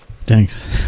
Thanks